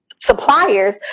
Suppliers